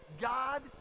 God